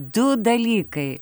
du dalykai